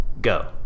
Go